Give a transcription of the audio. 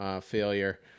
failure